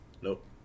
Nope